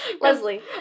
Leslie